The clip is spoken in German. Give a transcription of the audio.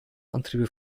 antriebe